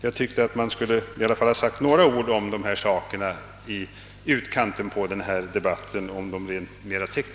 Jag ansåg att utöver de mera tekniska frågorna borde något sägas om dessa saker i utkanten på den nu förda debatten.